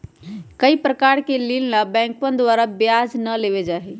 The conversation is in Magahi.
कई प्रकार के ऋण ला बैंकवन द्वारा ब्याज ना लेबल जाहई